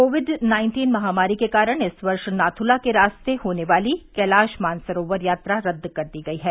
Covid nineteen महामारी के कारण इस वर्ष नाथूला के रास्ते से होने वाली कैलाश मानसरोवर यात्रा रद्द कर दी गई है